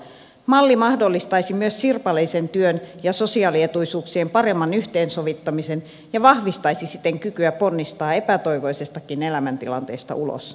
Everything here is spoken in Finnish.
malli mahdollistaisi myös sirpaleisen työn ja sosiaalietuisuuksien paremman yhteensovittamisen ja vahvistaisi siten kykyä ponnistaa epätoivoisestakin elämäntilanteesta ulos